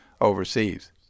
overseas